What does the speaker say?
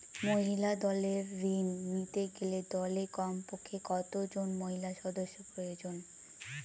মহিলা দলের ঋণ নিতে গেলে দলে কমপক্ষে কত জন মহিলা সদস্য প্রয়োজন?